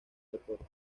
deporte